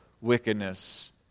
wickedness